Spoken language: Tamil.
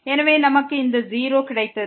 எனவே நமக்கு இந்த 0 கிடைத்தது